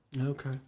Okay